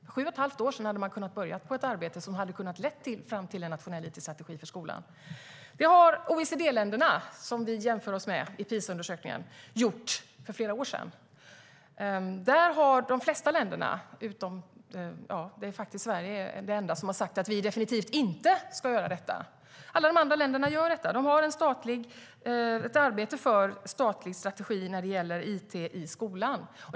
För sju och ett halvt år sedan hade man kunnat börja på ett arbete som kunde ha lett fram till en nationell it-strategi för skolan. Det har OECD-länderna, som vi jämför oss med i PISA-undersökningen, gjort för flera år sedan. Alla länderna har gjort detta, utom Sverige som har sagt att vi definitivt inte ska göra det. De har ett arbete för en statlig strategi när det gäller it i skolan.